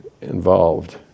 involved